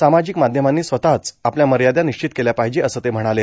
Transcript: सामाजिक माध्यमांनी स्वतःच आपल्या मर्यादा निश्चित केल्या पाहिजे असं ते म्हणाले